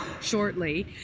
shortly